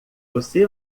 você